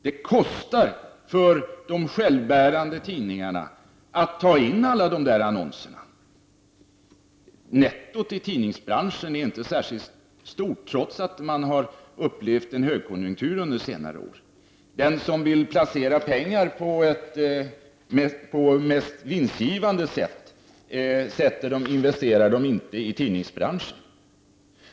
Det kostar för de självbärande tidningarna att ta in annonser. Nettot i tidningsbranschen är inte särskilt stort, trots att branschen har upplevt en högkonjunktur under senare år. Den som vill placera sina pengar på ett så vinstgivande sätt som möjligt investerar inte i tidningsbranschen.